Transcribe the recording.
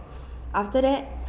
after that